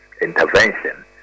intervention